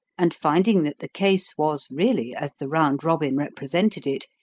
and finding that the case was really as the round robin represented it,